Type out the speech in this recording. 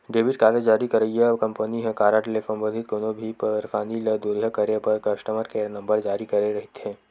debit card जारी करइया company ह कारड ले संबंधित कोनो भी परसानी ल दुरिहा करे बर कस्टमर केयर नंबर जारी करे रहिथे